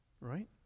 right